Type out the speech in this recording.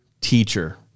teacher